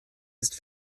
ist